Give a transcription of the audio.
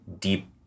deep